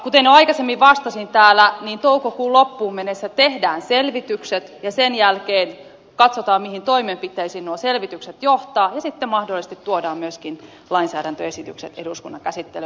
kuten jo aikaisemmin vastasin täällä toukokuun loppuun mennessä tehdään selvitykset ja sen jälkeen katsotaan mihin toimenpiteisiin nuo selvitykset johtavat ja sitten mahdollisesti tuodaan myöskin lainsäädäntöesitykset eduskunnan käsittelyyn